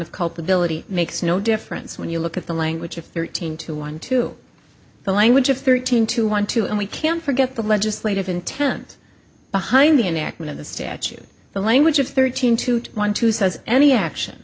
of culpability makes no difference when you look at the language of thirteen to one to the language of thirteen to one two and we can forget the legislative intent behind the enactment of the statute the language of thirteen to one to says any action